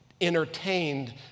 entertained